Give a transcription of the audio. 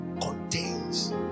contains